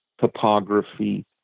topography